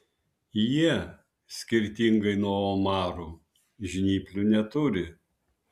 jie skirtingai nuo omarų žnyplių neturi